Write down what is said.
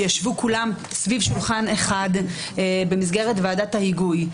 שישבו כולם סביב שולחן אחד במסגרת ועדת ההיגוי.